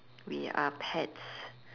we are pets